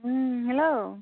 hello